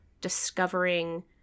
discovering